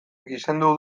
gizendu